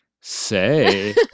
say